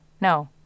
No